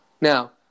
Now